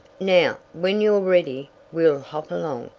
now, when you're ready, we'll hop along,